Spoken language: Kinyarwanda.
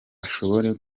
ashobore